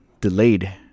delayed